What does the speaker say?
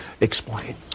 Explain